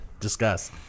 discuss